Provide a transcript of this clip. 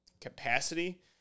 capacity